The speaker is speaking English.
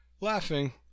laughing